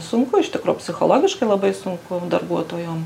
sunku iš tikro psichologiškai labai sunku darbuotojom